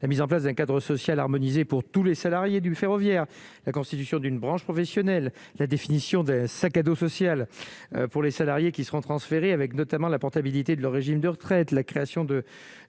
la mise en place d'un cadre social harmonisé pour tous les salariés du ferroviaire, la constitution d'une branche professionnelle, la définition d'un sac à dos social pour les salariés qui seront transférés avec notamment la portabilité de leur régime de retraite, la création de